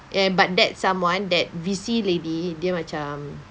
ya but that someone that V_C lady dia macam